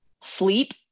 Sleep